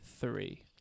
three